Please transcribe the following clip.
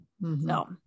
No